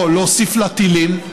או להוסיף לה טילים,